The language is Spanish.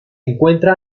encuentra